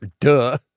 duh